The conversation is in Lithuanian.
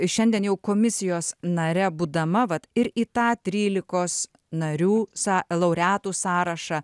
šiandien jau komisijos nare būdama vat ir į tą trylikos narių są laureatų sąrašą